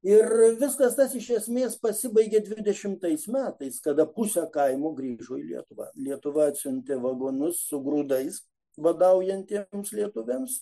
ir viskas tas iš esmės pasibaigė dvidešimtais metais kada pusė kaimo grįžo į lietuvą lietuva atsiuntė vagonus su grūdais badaujantiem lietuviams